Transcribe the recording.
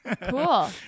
Cool